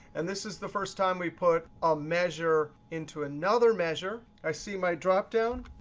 and this is the first time we put a measure into another measure. i see my drop down,